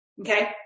okay